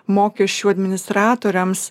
mokesčių administratoriams